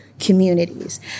communities